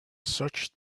such